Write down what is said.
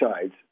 sides